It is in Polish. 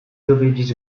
dowiedzieć